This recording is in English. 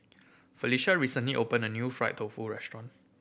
Felisha recently opened a new fried tofu restaurant